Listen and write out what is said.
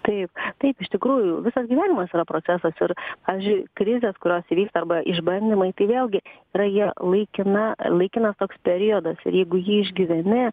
taip taip iš tikrųjų visas gyvenimas yra procesas ir pavyzdžiui krizės kurios įvyksta arba išbandymai tai vėlgi yra jie laikina laikinas toks periodas ir jeigu jį išgyveni